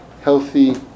healthy